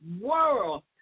world